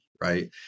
Right